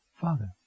Father